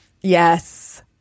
Yes